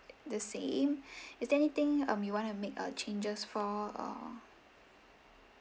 the same is there anything um you wanna make a changes for or